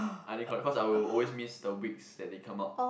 I think correct cause I will always miss the weeks that they come out